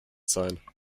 sein